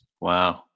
Wow